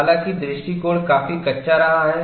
हालांकि दृष्टिकोण काफी कच्चा रहा है